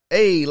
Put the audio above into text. Hey